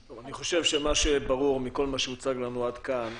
אני חושב שמה שברור מכל מה שהוצג לנו עד כה הוא